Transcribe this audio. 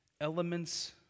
elements